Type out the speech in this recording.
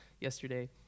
yesterday